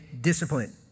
discipline